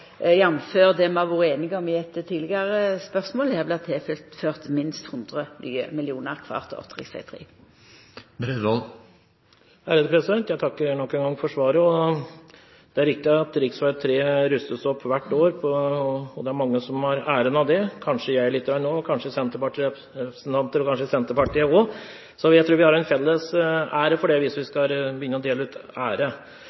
har vore einige om i samband med eit tidlegare spørsmål, at til rv. 3 har det vorte tilført minst 100 nye millionar kvart år. Jeg takker nok en gang for svaret. Det er riktig at rv. 3 rustes opp hvert år, og det er mange som har æren av det. Kanskje jeg har litt av æren, kanskje senterpartirepresentanter og kanskje Senterpartiet også. Så jeg tror vi har en felles ære for det, hvis vi